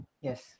yes